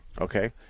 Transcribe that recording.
okay